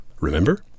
Remember